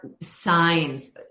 signs